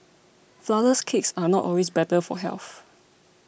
Flourless Cakes are not always better for health